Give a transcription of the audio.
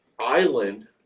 island